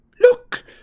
Look